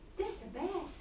that's the best